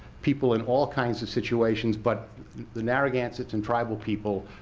people in all kinds of situations. but the narragansetts and tribal people